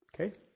Okay